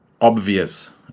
obvious